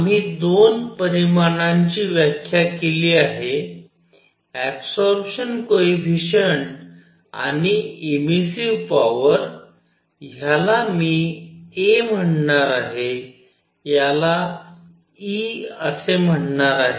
तर आम्ही 2 परिमाणांची व्याख्या केली आहे ऍबसॉरपशन कोएफिशिएंट आणि एमिसिव्ह पॉवर ह्याला मी a असे म्हणणार आहे ह्याला e असे म्हणणार आहे